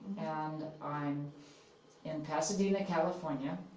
and i'm in pasadena, california.